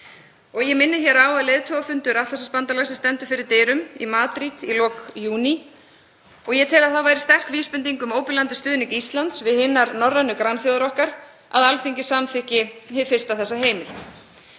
Ég minni hér á að leiðtogafundur Atlantshafsbandalagsins stendur fyrir dyrum í Madrid í lok júní. Ég tel að það væri sterk vísbending um óbilandi stuðning Íslands við hinar norrænu grannþjóðir okkar að Alþingi samþykki hið fyrsta þessa heimild.